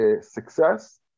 success